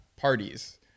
parties